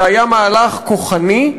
זה היה מהלך כוחני,